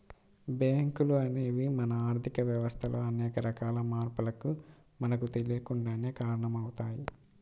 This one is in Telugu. బ్యేంకులు అనేవి మన ఆర్ధిక వ్యవస్థలో అనేక రకాల మార్పులకు మనకు తెలియకుండానే కారణమవుతయ్